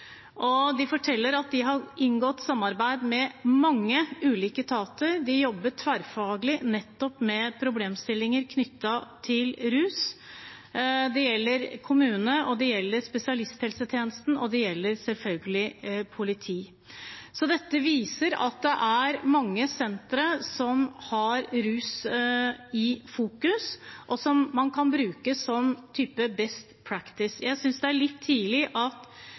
De forteller at de har inngått samarbeid med mange ulike etater. De jobber tverrfaglig med problemstillinger knyttet til rus. Det gjelder kommunene, det gjelder spesialisthelsetjenesten, og det gjelder selvfølgelig politi. Dette viser at det er mange sentre som har rus i fokus, og som man kan bruke som type «best practice». Jeg synes det er litt tidlig at